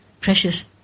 precious